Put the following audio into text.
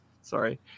sorry